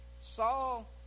Saul